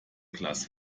glas